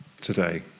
today